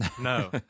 no